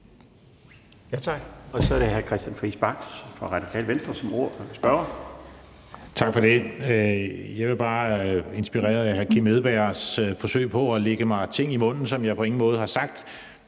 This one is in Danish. Tak for det. Jeg vil bare, inspireret af hr. Kim Edberg Andersens forsøg på at lægge mig ord i munden, som jeg på ingen måde har sagt,